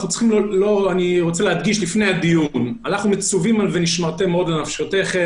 אני רוצה להדגיש לפני הדיון שאנחנו מצווים על "ונשמרתם מאוד לנפשותיכם",